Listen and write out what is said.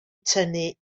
tynnu